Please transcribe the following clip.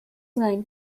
gain